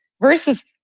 versus